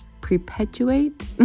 perpetuate